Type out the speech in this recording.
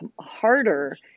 harder